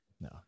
No